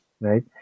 right